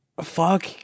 fuck